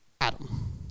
Adam